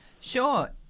Sure